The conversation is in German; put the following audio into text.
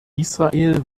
israel